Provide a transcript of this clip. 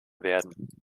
werden